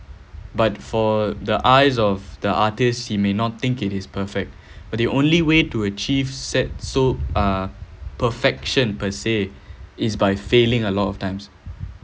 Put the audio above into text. but for the eyes of the artists he may not think it is perfect but the only way to achieve said so uh perfection per se is by failing a lot of times